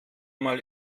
mal